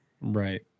Right